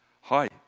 hi